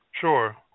Sure